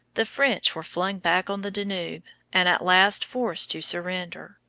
the french were flung back on the danube and at last forced to surrender.